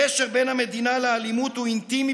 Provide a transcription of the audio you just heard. הקשר בין המדינה לאלימות הוא אינטימי